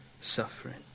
suffering